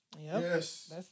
Yes